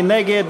מי נגד?